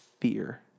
fear